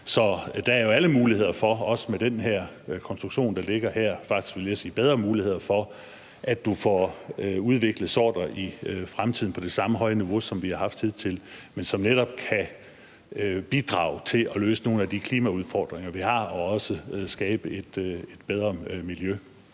Så der er jo alle muligheder for, også med den her konstruktion, der ligger her – faktisk vil jeg sige bedre muligheder for – at du i fremtiden får udviklet sorter på det samme høje niveau, som vi har haft hidtil, men som netop kan bidrage til at løse nogle af de klimaudfordringer, vi har, og også skabe et bedre miljø.